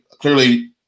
clearly –